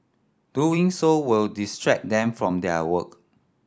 doing so will distract them from their work